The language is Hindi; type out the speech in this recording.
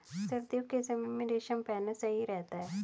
सर्दियों के समय में रेशम पहनना सही रहता है